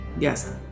Yes